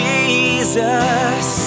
Jesus